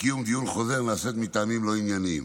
לקיום דיון חוזר נעשית מטעמים לא ענייניים.